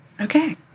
okay